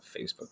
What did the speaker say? Facebook